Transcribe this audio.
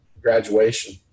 graduation